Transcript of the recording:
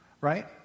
right